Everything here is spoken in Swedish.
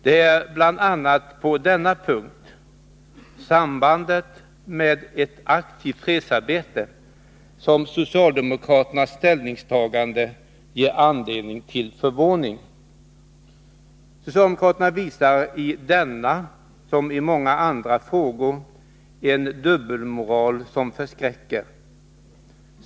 Det är bl.a. på denna punkt — sambandet med ett aktivt fredsarbete — som socialdemokraternas ställningstagande ger anledning till förvåning. Socialdemokraterna visar i denna som i så många andra frågor en dubbelmoral som förskräcker.